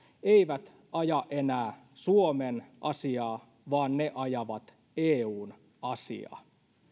eivät aja enää suomen asiaa vaan he ajavat eun asiaa